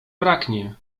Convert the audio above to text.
braknie